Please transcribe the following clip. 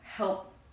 help